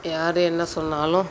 யார் என்ன சொன்னாலும்